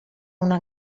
una